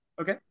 Okay